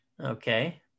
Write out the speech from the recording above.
okay